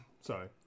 sorry